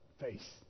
face